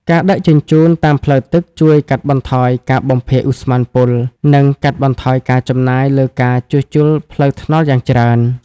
ការដឹកជញ្ជូនតាមផ្លូវទឹកជួយកាត់បន្ថយការបំភាយឧស្ម័នពុល និងកាត់បន្ថយការចំណាយលើការជួសជុលផ្លូវថ្នល់យ៉ាងច្រើន។